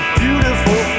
beautiful